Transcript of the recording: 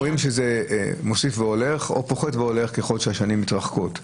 איך רואים שזה מוסיף ועולה או פוחת והולך ככל שהשנים מתרחקות?